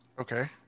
Okay